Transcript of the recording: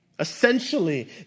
Essentially